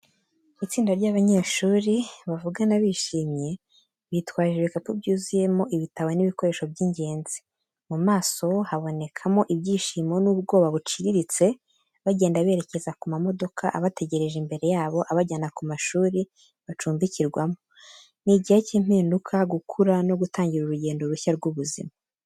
Itsinda ry'abanyeshuri, bavugana bishimye, bitwaje ibikapu byuzuyemo ibitabo n’ibikoresho by’ingenzi. Mu maso habonekamo ibyishimo n’ubwoba buciriritse. Bagenda berekeza ku mamodoka abategereje imbere yabo, abajyana ku mashuri bacumbikirwamo. Ni igihe cy’impinduka, gukura, no gutangira urugendo rushya rw’ubuzima.